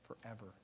forever